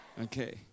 Okay